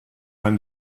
when